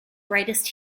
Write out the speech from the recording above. greatest